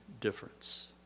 difference